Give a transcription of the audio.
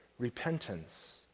Repentance